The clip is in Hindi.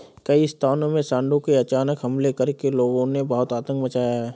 कई स्थानों में सांडों ने अचानक हमले करके लोगों में बहुत आतंक मचाया है